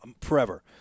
forever